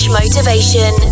motivation